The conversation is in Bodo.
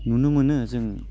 नुनो मोनो जों